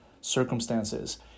circumstances